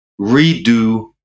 redo